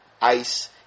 ICE